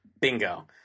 Bingo